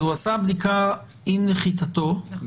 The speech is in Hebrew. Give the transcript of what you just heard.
הוא עשה בדיקה עם נחיתתו,